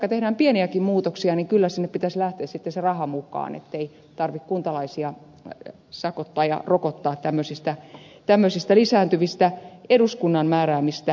vaikka tehdään pieniäkin muutoksia niin kyllä sinne pitäisi lähteä sitten se raha mukaan ettei tarvitse kuntalaisia sakottaa ja rokottaa tämmöisistä lisääntyvistä eduskunnan määräämistä velvoitteista